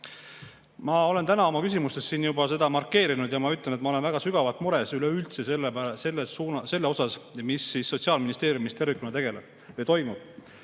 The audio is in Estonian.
Ma olen täna oma küsimustes seda markeerinud ja ütlen, et ma olen väga sügavalt mures üleüldse selle pärast, mis Sotsiaalministeeriumis tervikuna toimub.